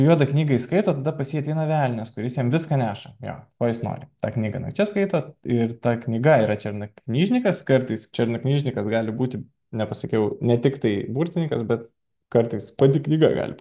juodą knygą jis skaito tada pas jį ateina velnias kuris jam viską neša jo ko jis nori tą knygą nakčia skaito ir ta knyga yra černaknyžnikas kartais černaknyžnikas gali būti nepasakiau ne tiktai burtininkas bet kartais pati knyga gali